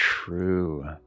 True